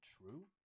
true